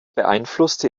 beeinflusste